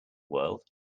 world